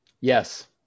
Yes